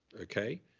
okay